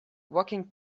walking